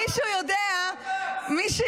מישהו יודע --- בג"ץ.